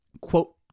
quote-